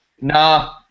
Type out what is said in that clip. nah